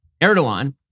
Erdogan